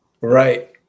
Right